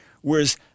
Whereas